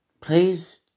Please